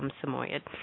Samoyed